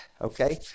okay